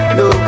no